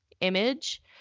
image